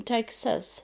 Texas